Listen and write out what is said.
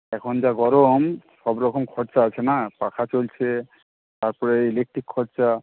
এখন যা গরম সবরকম খরচা আছে না পাখা চলছে তারপর এই ইলেকট্রিক খরচা